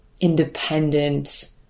independent